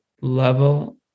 level